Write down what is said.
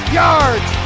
yards